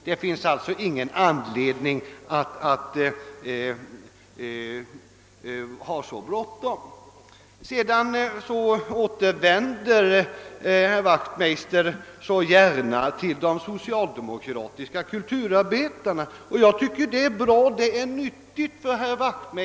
Man behöver alltså inte ha så bråttom. Herr Wachtmeister återvänder så gärna till de socialdemokratiska kulturarbetarna, och det är nog både bra och nyttigt för honom.